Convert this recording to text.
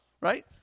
right